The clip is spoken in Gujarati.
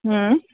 હં